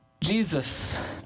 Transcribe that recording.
Jesus